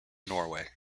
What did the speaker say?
norway